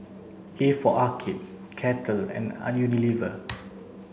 a for Arcade Kettle and Unilever